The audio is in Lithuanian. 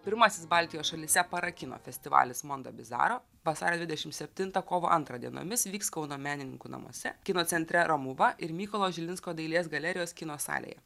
pirmasis baltijos šalyse parakino festivalis mondabizaro vasario dvidešimt septintą kovo antrą dienomis vyks kauno menininkų namuose kino centre romuva ir mykolo žilinsko dailės galerijos kino salėje